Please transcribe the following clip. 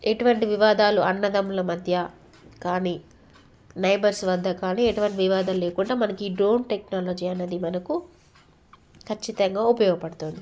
ఎటువంటి వివాదాలు అన్నదమ్ముల మధ్య కానీ నైబర్స్ వద్ద కానీ ఎటువంటి వివాదాలు లేకుండా మనకి ఈ డ్రోన్ టెక్నాలజీ అనేది మనకు ఖచ్చితంగా ఉపయోగపడుతుంది